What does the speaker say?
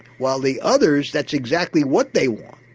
while the others, that's exactly what they want,